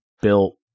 built